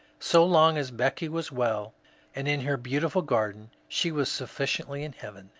so long as becky was well and in her beautiful garden she was sufficiently in heaven.